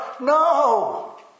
No